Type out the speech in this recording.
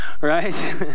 Right